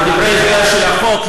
בדברי ההסבר של החוק,